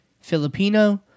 Filipino